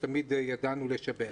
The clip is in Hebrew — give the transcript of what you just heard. שתמיד ידענו לשבח.